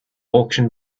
auction